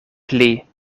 pli